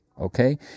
Okay